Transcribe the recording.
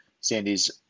Sandy's